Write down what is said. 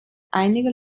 einige